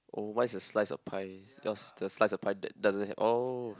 oh mine is a slice of pie yours the slice of pie that doesn't have oh